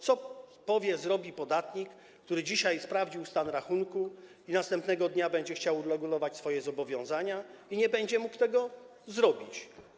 Co powie, zrobi podatnik, który dzisiaj sprawdził stan rachunku, a następnego dnia będzie chciał uregulować swoje zobowiązania i nie będzie mógł tego zrobić?